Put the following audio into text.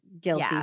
Guilty